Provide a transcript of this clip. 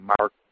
Mark